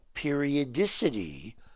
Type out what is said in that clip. periodicity